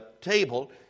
table